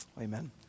Amen